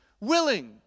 willing